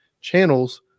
channels